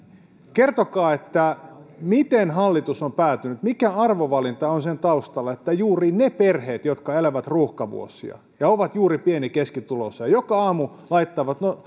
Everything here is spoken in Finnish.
kertokaa miten hallitus on päätynyt siihen ja mikä arvovalinta on sen taustalla että ensi vuonna pitää kiristää juuri niiden perheiden verotusta jotka elävät ruuhkavuosia ja ovat juuri pieni ja keskituloisia ja jotka joka aamu laittavat ne